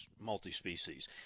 multi-species